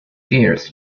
gears